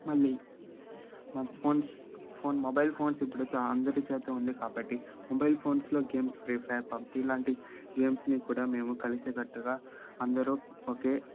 మళ్ళీ మా phones phone mobile phones ఇప్పుడు అయితే అందరి చేత ఉంది కాబట్టి మొబైల్ ఫోన్స్లో గేమ్స్ ఫ్రీ ఫైర్ పబ్జీ ఇలాంటి గేమ్స్ని కూడా మేము కలిసికట్టుగా అందరం ఒకే